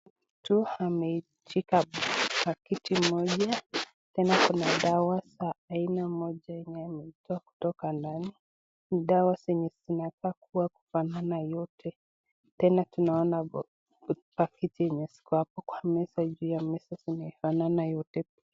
Mtu ameshika packet moja, tena kuna dawa za aina moja yenye imetoa kutoka ndani. Ni dawa zenye zinafaa kukuwa kufanana yote. Tena tunaona packet zenye ziko hapo kwa meza juu ya meza zimefanana yote.